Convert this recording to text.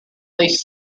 least